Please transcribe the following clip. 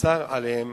ונאסר עליהם